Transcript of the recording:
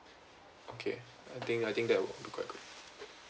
okay I think I think that will be quite good